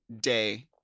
day